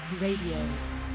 Radio